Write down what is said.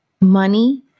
Money